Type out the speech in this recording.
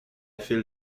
file